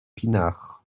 pinard